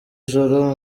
joro